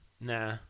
Nah